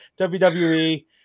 WWE